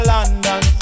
London